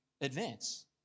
advance